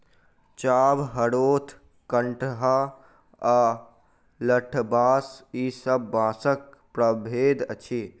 चाभ, हरोथ, कंटहा आ लठबाँस ई सब बाँसक प्रभेद अछि